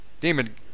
Demon